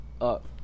up